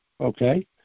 okay